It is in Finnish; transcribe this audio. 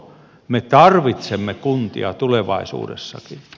me tarvitsemme kuntia tulevaisuudessakin